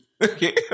okay